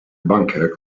bunker